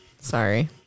Sorry